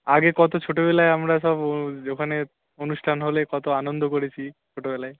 আগে কত ছোটবেলায় আমরা সব ওখানে অনুষ্ঠান হলে কত আনন্দ করেছি ছোটবেলায়